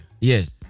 Yes